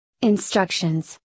Instructions